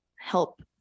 help